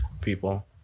people